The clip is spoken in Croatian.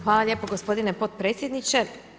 Hvala lijepo gospodine potpredsjedniče.